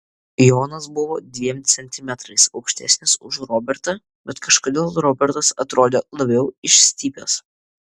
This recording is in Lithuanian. jonas buvo dviem centimetrais aukštesnis už robertą bet kažkodėl robertas atrodė labiau išstypęs